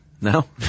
No